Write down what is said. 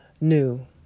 New